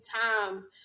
times